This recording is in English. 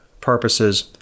purposes